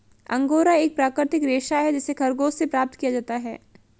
angora एक प्राकृतिक रेशा है जिसे खरगोश से प्राप्त किया जाता है